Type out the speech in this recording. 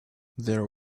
there